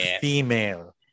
female